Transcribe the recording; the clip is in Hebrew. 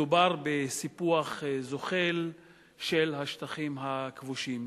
מדובר בסיפוח זוחל של השטחים הכבושים.